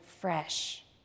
fresh